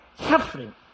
suffering